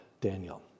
Daniel